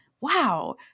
Wow